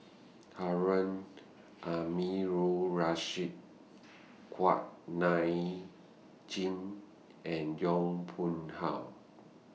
Harun Aminurrashid Kuak Nam Jin and Yong Pung How